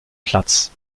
platz